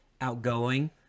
outgoing